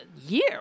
year